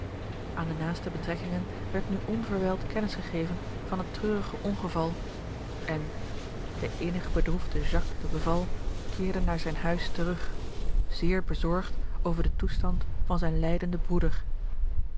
aan de naaste betrekkingen werd nu onverwijld kennis gegeven van het treurige ongeval en de innig bedroefde jacques de beval keerde naar zijn huis terug zeer bezorgd over den toestand van zijn lijdenden broeder